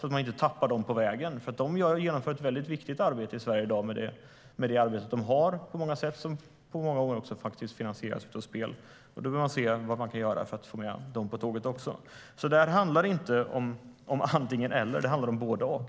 att man inte tappar dem på vägen. De genomför på många sätt ett väldigt viktigt arbete i Sverige i dag som faktiskt på många sätt också finansieras av spel, och vi behöver se vad vi kan göra för att få med dem på tåget. Det handlar alltså inte om antingen eller utan om både och.